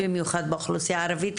במיוחד באוכלוסיה הערבית,